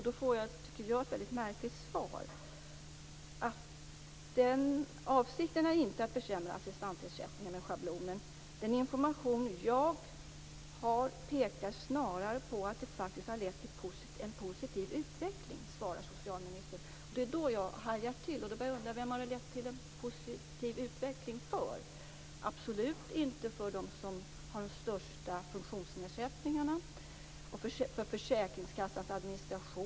Då fick jag ett väldigt märkligt svar tycker jag. "Avsikten är inte att försämra assistansersättning. Den information jag har pekar snarare på att det här faktiskt har lett till en positiv utveckling", svarar socialministern. Det är då jag hajar till. Jag undrar vem det har lett till en positiv utveckling för. Det har absolut inte lett till en positiv utveckling för dem som har de största funktionsnedsättningarna.